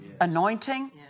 anointing